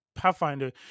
Pathfinder